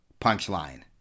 punchline